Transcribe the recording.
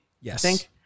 Yes